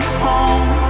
home